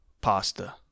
pasta